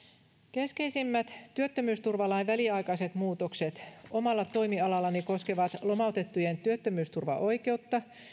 keskeisimmät työttömyysturvalain väliaikaiset muutokset omalla toimialallani koskevat lomautettujen työttömyysturvaoikeutta